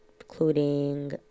Including